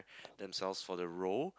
themselves for the role